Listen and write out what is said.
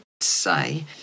say